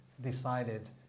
decided